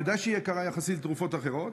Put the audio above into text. אני יודע שהיא יקרה יחסית לתרופות אחרות,